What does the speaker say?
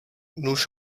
nuž